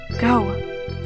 Go